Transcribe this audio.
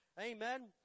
amen